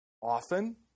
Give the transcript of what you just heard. often